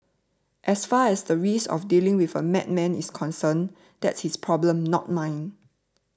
as far as the risk of dealing with a madman is concerned that's his problem not mine